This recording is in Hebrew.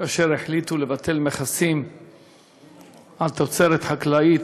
כאשר החליטו לבטל מכסים על תוצרת חקלאית,